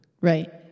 Right